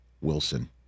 Wilson